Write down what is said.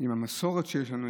עם המסורת שיש לנו,